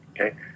Okay